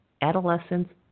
adolescents